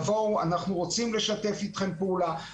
אנחנו רוצים לשתף אתכם פעולה,